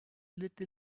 little